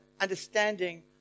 understanding